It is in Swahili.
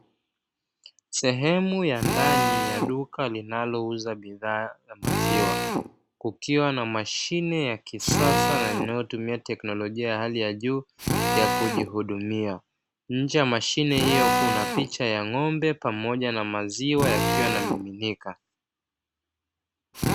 Sehemu ya ndani ya duka linalo uza bidhaa za maziwa, kukiwa na mashine ya kisasa na inayotumia teknolojia ya hali ya juu ya kujihudumia, nje ya mashine hiyo kuna picha ya ng’ombe pamoja na maziwa yakiwa yana miminika.